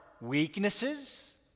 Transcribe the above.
weaknesses